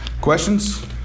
questions